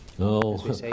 No